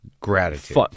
Gratitude